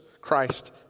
Christ